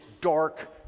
dark